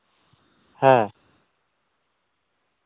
ᱦᱮᱸ